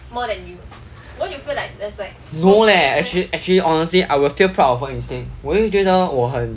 no leh actual actually honestly I will feel proud of her instead 我会觉得我很